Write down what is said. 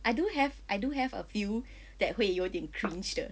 I do have I do have a few that 会有点 cringe 的